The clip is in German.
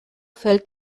fällt